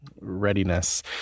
readiness